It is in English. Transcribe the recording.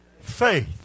Faith